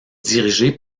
dirigé